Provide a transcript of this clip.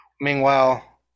Meanwhile